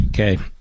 Okay